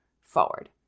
forward